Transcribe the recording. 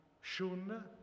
Shun